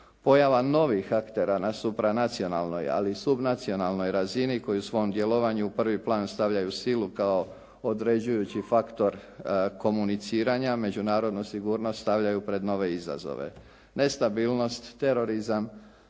Pojava novih aktera na supranacionalnoj ali i subnacionalnoj razini koji u svom djelovanju u prvi plan stavljaju silu kao određujući faktor komuniciranja međunarodnu sigurnost stavljaju pred nove izazove. Nestabilnost, terorizam,